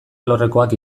alorrekoak